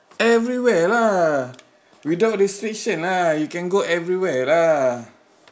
everywhere lah without this station lah you can go everywhere lah